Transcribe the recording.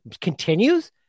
continues